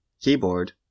Keyboard